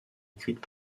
écrites